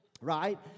right